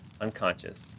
unconscious